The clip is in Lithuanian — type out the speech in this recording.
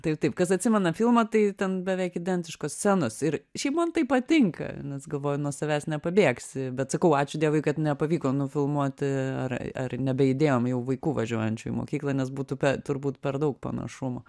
taip taip kas atsimena filmą tai ten beveik identiškos scenos ir šiaip man tai patinka nes galvoju nuo savęs nepabėgsi bet sakau ačiū dievui kad nepavyko nufilmuoti ar ar nebeįdėjom jau vaikų važiuojančių į mokyklą nes būtų pe turbūt per daug panašumų